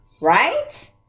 Right